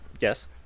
Yes